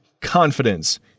confidence